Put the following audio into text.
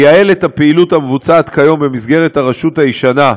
לייעל את הפעילות המבוצעת כיום במסגרת הרשות הישנה,